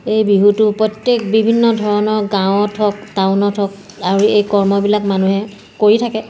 এই বিহুটো প্ৰত্যেক বিভিন্ন ধৰণৰ গাঁৱত হওক টাউনত হওক আৰু এই কৰ্মবিলাক মানুহে কৰি থাকে